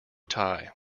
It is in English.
tie